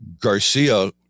Garcia